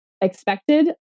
expected